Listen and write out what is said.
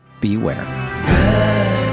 Beware